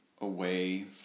away